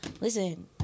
listen